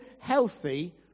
healthy